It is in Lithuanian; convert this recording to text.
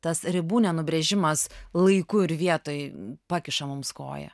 tas ribų nubrėžimas laiku ir vietoj pakiša mums koją